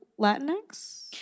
Latinx